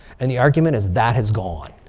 and the argument is that has gone.